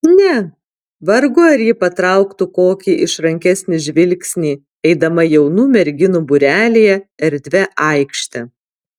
ne vargu ar ji patrauktų kokį išrankesnį žvilgsnį eidama jaunų merginų būrelyje erdvia aikšte